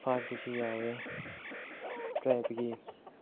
ꯐꯥꯏꯕꯇꯁꯨ ꯌꯥꯎꯋꯦ ꯇ꯭ꯔꯥꯏꯕꯀꯤ